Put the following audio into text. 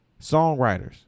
songwriters